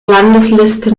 landesliste